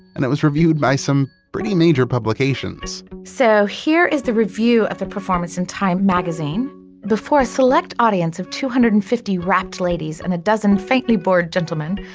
and it was reviewed by some pretty major publications so here is the review of the performance and time magazine before a select audience of two hundred and fifty rapt ladies and a dozen faintly bored gentlemen,